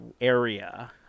area